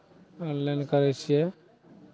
online करै छियै